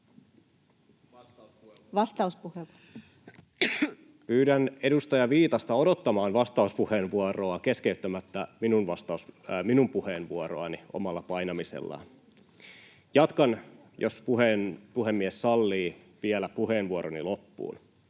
— Pyydän edustaja Viitasta odottamaan vastauspuheenvuoroa keskeyttämättä omalla painamisellaan minun puheenvuoroani. Jatkan, jos puhemies sallii, vielä puheenvuoroni loppuun.